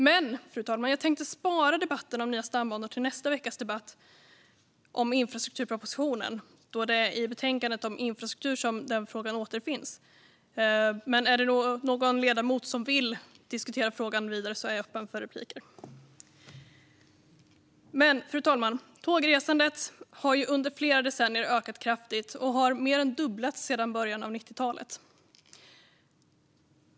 Men, fru talman, jag tänkte spara debatten om nya stambanor till nästa veckas debatt om infrastrukturpropositionen då det är i betänkandet om infrastruktur som den frågan återfinns. Om någon ledamot vill diskutera frågan vidare är jag dock öppen för repliker. Fru talman! Tågresandet har under flera decennier ökat kraftigt och har mer än fördubblats sedan början av 90-talet.